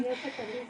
עליזה